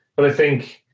but i think,